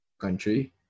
Country